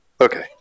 Okay